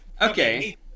Okay